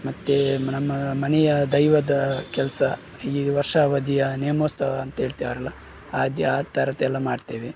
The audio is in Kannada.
ಮತ್ತು ನಮ್ಮ ಮನೆಯ ದೈವದ ಕೆಲಸ ಈ ವರ್ಷಾವಧಿಯ ನೇಮೋತ್ಸವ ಅಂಥೇಳ್ತೇವಲ್ಲ ಆ ದೆ ಆ ಥರದ್ದೆಲ್ಲ ಮಾಡ್ತೇವೆ